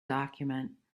document